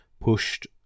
pushed